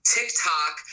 TikTok